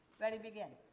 ready, begin.